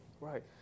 right